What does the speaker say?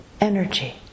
energy